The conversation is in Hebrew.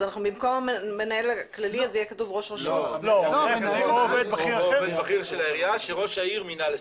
אז מנהל כללי או עובד שראש הרשות מינה לכך.